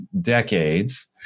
decades